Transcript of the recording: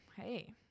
hey